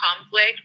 conflict